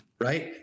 Right